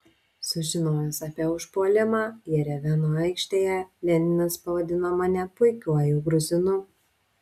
sužinojęs apie užpuolimą jerevano aikštėje leninas pavadino mane puikiuoju gruzinu